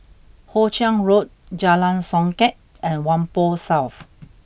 Hoe Chiang Road Jalan Songket and Whampoa South